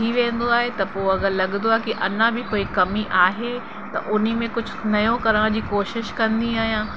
थी वेंदो आहे त पोइ अगरि लॻंदो आहे कि अञा बि कोई कमी आहे त उन्हीअ में कुझु नयो करण जी कोशिश कंदी आहियां